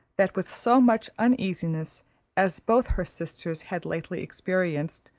that with so much uneasiness as both her sisters had lately experienced,